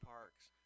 Parks